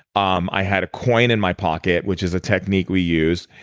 um i had a coin in my pocket which is a technique we use.